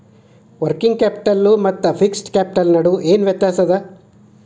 Working capital ಮತ್ತ fixed capital ನಡು ಏನ್ ವ್ಯತ್ತ್ಯಾಸದ?